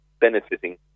benefiting